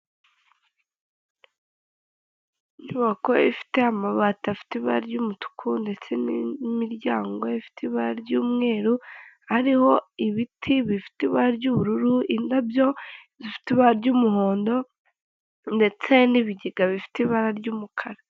Inyubako ifite amabati afite ibara ry'umutuku ndetse n'imiryango ifite ibara ry'umweru, ariho ibiti bifite ibara ry'ubururu, indabyo zifite ibara ry'umuhondo ndetse n'ibigega bifite ibara ry'umukara.